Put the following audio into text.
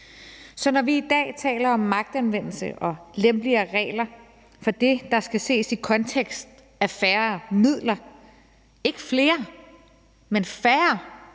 Så når vi i dag taler om magtanvendelse og lempeligere regler for det, er det i konteksten færre midler, ikke flere, men færre